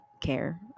care